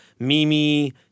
Mimi